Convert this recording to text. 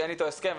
שאין איתו הסכם,